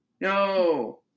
no